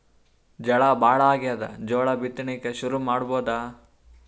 ಝಳಾ ಭಾಳಾಗ್ಯಾದ, ಜೋಳ ಬಿತ್ತಣಿಕಿ ಶುರು ಮಾಡಬೋದ?